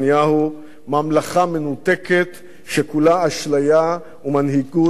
ממלכה מנותקת שכולה אשליה ומנהיגות שכולה הונאה.